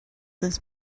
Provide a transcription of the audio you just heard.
this